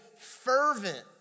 fervent